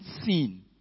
seen